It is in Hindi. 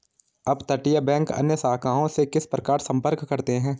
अपतटीय बैंक अन्य शाखाओं से किस प्रकार संपर्क करते हैं?